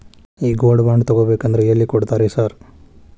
ಈ gold bond ತಗಾಬೇಕಂದ್ರ ಎಲ್ಲಿ ಕೊಡ್ತಾರ ರೇ ಸಾರ್?